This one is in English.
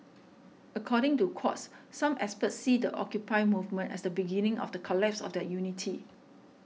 according to Quartz some experts see the Occupy movement as the beginning of the collapse of their unity